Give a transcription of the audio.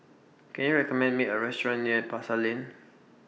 Can YOU recommend Me A Restaurant near Pasar Lane